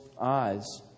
eyes